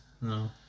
No